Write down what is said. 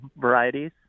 varieties